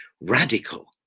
radical